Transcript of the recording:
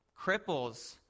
cripples